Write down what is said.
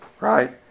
right